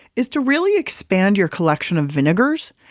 is to really expand your collection of vinegars,